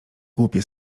głupie